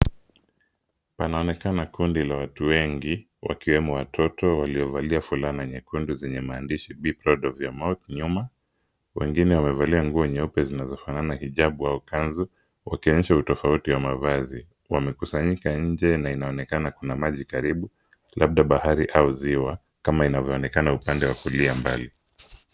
Panaonekana kundi la watu wengi, wakiwemo watoto waliovalia fulana nyakundu zenye maandishi be proud of your mouth nyuma. Wengine wamevalia nguo nyeupe zinazofanana kijabwa au kanzu, wakionyesha utofauti wa mavazi. Wamekusanyika nje na inaonekana kuna maji karibu, labda bahari au ziwa, kama inavyoonekana upande wa kulia mbali.